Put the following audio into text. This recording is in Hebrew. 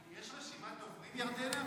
אורבך, יש רשימת דוברים, ירדנה?